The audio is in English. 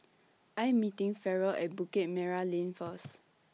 I'm meeting Ferrell At Bukit Merah Lane First